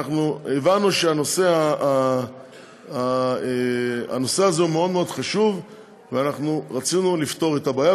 אנחנו הבנו שהנושא הזה מאוד חשוב ורצינו לפתור את הבעיה,